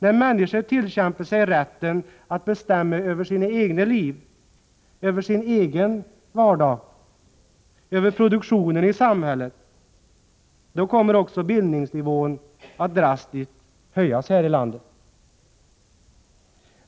När människor tillkämpat sig rätten att bestämma över sina egna liv, över sin egen vardag, över produktionen i samhället, då kommer också bildningsnivån att drastiskt höjas här i landet.